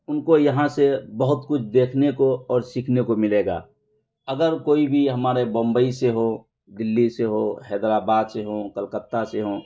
ان کو یہاں سے بہت کچھ دیکھنے کو اور سیکھنے کو ملے گا اگر کوئی بھی ہمارے بمبئی سے ہو دلی سے ہو حیدر آباد سے ہوں کلکتہ سے ہوں